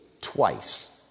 twice